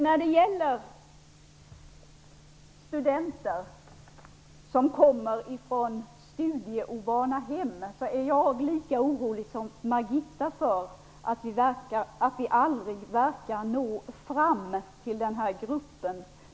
När det gäller studenter som kommer från studieovana hem är jag lika orolig som Margitta Edgren för att vi aldrig verkar nå fram till den gruppen.